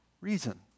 reason